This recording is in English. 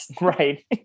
Right